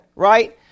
Right